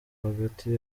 hagati